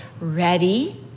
ready